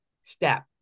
step